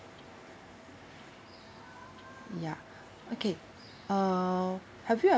ya okay uh have you